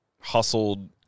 hustled